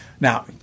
Now